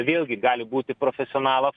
vėlgi gali būti profesionalas